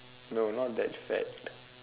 no not that fat but